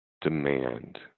demand